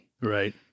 right